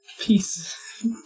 Peace